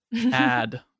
add